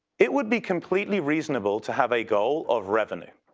it would be completely reasonable to have a goal of revenue,